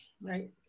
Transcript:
right